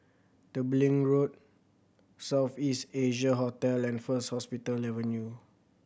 Tembeling Road South East Asia Hotel and First Hospital Avenue